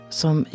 som